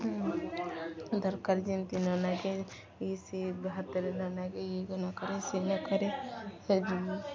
ଦରକାର ଯେମିତି ନ ନକରେ ଇ ସେ ଭାତରେ ନ ନକରେ ଇ ନକରେ ସେଇ ନକ ସେ